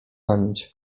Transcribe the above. pamięć